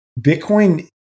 Bitcoin